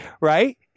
Right